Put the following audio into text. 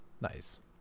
nice